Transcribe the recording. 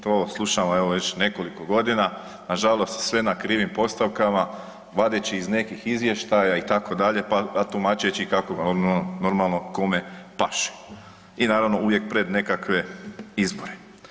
To slušamo evo već nekoliko godina, nažalost sve na krivim postavkama vadeći iz nekih izvještaja itd., a tumačeći normalno kome paše i naravno uvijek pred nekakve izbore.